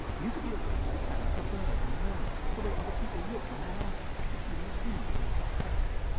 we need to be awake to the way sounds of the birds in the morning, the way other people look when they are laughing, the feeling of wind against our face.